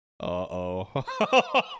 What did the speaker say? Uh-oh